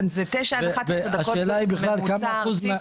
--- זה תשע עד 11 דקות בממוצע ארצי.